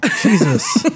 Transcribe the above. Jesus